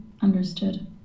understood